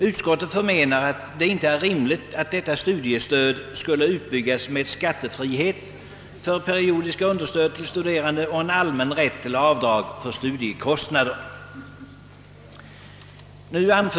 Utskottsmajoriteten menar att det inte är rimligt att detta studiestöd skulle utbyggas med skattefrihet för periodiska understöd till studerande och en allmän rätt till avdrag för studiekostnader.